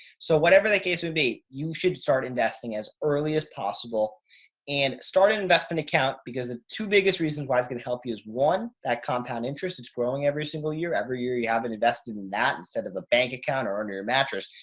so whatever the case would be, you should start investing as earliest possible and start an investment account. because two biggest reasons why it's going to help you as one that compound interest is growing every single year, every year. you haven't invested in that instead of a bank account or under your mattress,